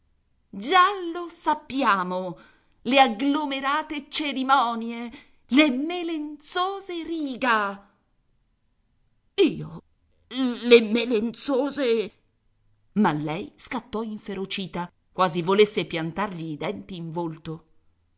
lo sappiamo le agglomerate cerimonie le melenzose riga io le melenzose ma lei scattò inferocita quasi volesse piantargli i denti in volto